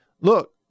Look